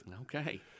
Okay